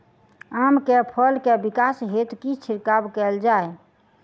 आम केँ फल केँ विकास हेतु की छिड़काव कैल जाए?